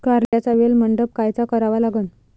कारल्याचा वेल मंडप कायचा करावा लागन?